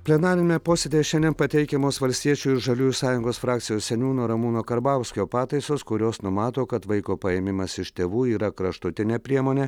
plenariniame posėdyje šiandien pateikiamos valstiečių ir žaliųjų sąjungos frakcijos seniūno ramūno karbauskio pataisos kurios numato kad vaiko paėmimas iš tėvų yra kraštutinė priemonė